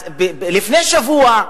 אז לפני שבוע,